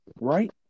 right